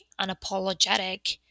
unapologetic